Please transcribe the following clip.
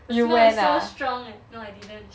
the smell is so strong eh no I didn't